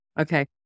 Okay